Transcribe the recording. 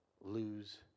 lose